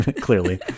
Clearly